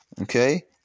Okay